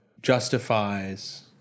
justifies